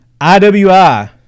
IWI